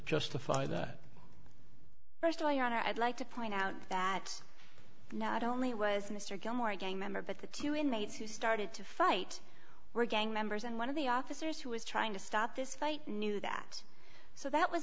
justify that st of all your honor i'd like to point out that not only was mr gilmore a gang member but the two inmates who started to fight were gang members and one of the officers who was trying to stop this fight knew that so that was